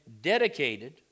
dedicated